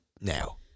now